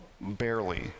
barely